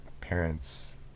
Parents